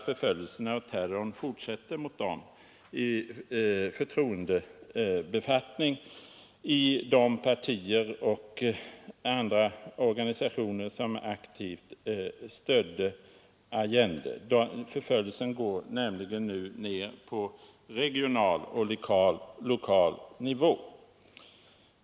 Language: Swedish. Förföljelserna och terrorn fortsätter nämligen mot personer i förtroendebefattning i de partier och organisationer som aktivt stödde Allende. Förföljelserna går nu ner på regional och lokal nivå.